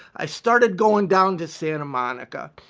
i started going down to santa monica.